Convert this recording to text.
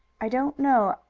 i don't know.